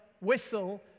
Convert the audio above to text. whistle